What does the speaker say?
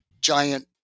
giant